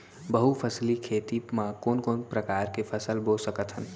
बहुफसली खेती मा कोन कोन प्रकार के फसल बो सकत हन?